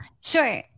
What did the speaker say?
Sure